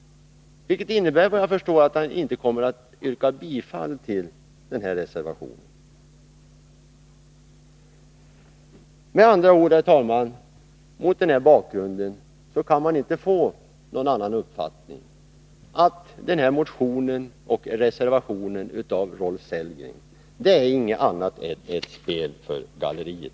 Det innebär efter vad jag kan förstå att han inte kommer att yrka bifall till sin reservation. Herr talman! Mot den här bakgrunden kan man inte få någon annan uppfattning än att Rolf Sellgrens motion och reservation inte är någonting annat än ett spel för galleriet.